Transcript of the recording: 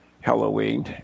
Halloween